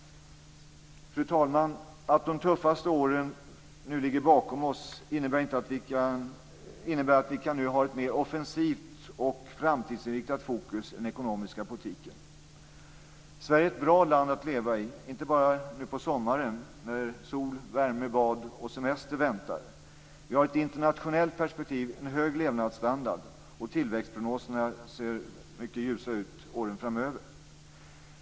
Fru talman! Att de tuffaste åren ligger bakom oss innebär att vi nu kan ha ett mer offensivt och framtidsinriktat fokus i den ekonomiska politiken. Sverige är ett bra land att leva i, inte bara nu på sommaren när sol, värme, bad och semester väntar. Vi har en i ett internationellt perspektiv hög levnadsstandard, och tillväxtprognoserna ser mycket ljusa ut åren framöver.